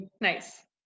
Nice